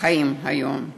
חיים היום.